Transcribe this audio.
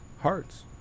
hearts